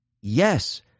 Yes